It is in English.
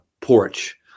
porch